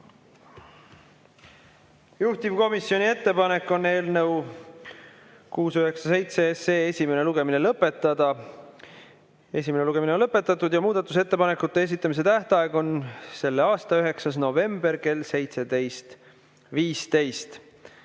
Juhtivkomisjoni ettepanek on eelnõu 697 esimene lugemine lõpetada. Esimene lugemine on lõpetatud ja muudatusettepanekute esitamise tähtaeg on selle aasta 9. november kell 17.15.